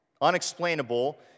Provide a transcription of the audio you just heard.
unexplainable